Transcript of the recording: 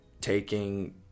taking